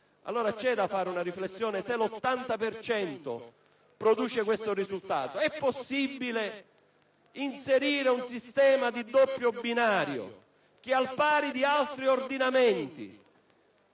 Allora, c'è da fare una riflessione se questi sono i risultati: è possibile inserire un sistema di doppio binario che, al pari di altri ordinamenti,